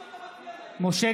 נגד משה